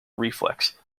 reflex